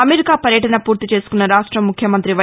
America పర్యటన పూర్తి చేసుకున్న రాష్ట్ర ముఖ్యమంత్రి వై